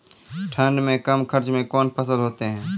ठंड मे कम खर्च मे कौन फसल होते हैं?